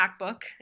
MacBook